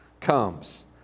comes